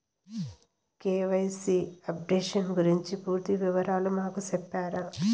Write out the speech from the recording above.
KYC updation గురించి పూర్తి వివరాలు మాకు సెప్తారా?